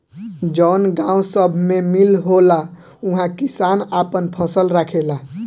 जवन गावं सभ मे मील होला उहा किसान आपन फसल राखेला